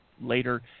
later